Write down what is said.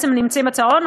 נמצאים בצהרון.